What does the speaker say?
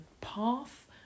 path